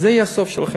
זה יהיה גם הסוף שלכם,